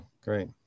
great